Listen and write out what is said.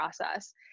process